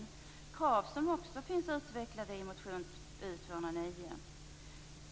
Sådana krav utvecklas också i motion U209.